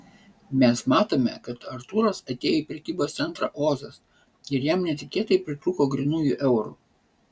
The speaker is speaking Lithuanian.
mes matome kad artūras atėjo į prekybos centrą ozas ir jam netikėtai pritrūko grynųjų eurų